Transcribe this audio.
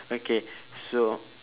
okay so